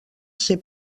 ser